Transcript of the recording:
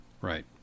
Right